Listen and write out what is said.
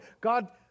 God